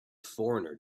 foreigner